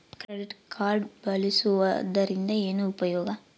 Credit card ಬಳಸುವದರಿಂದ ಏನು ಉಪಯೋಗ?